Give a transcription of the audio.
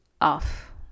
off